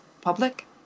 public